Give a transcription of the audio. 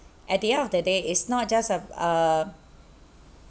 at the end of the day it's not just a uh